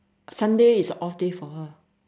Sunday is off day for her